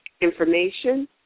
information